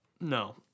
No